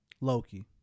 Loki